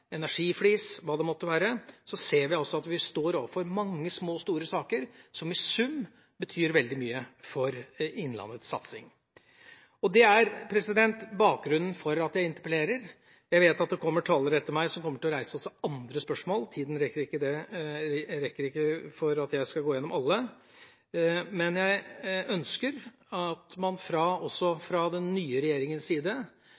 hva det måtte være – ser vi at vi står overfor mange små og store saker som i sum betyr veldig mye for Innlandets satsing. Det er bakgrunnen for at jeg interpellerer. Jeg vet at det kommer talere etter meg som kommer til å reise også andre spørsmål. Tida strekker ikke til for at jeg kan gå igjennom alle, men jeg ønsker at man også fra den nye regjeringas side